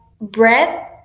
bread